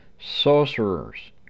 Sorcerers